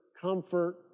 comfort